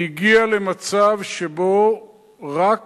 והגיע למצב שבו רק